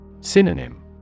Synonym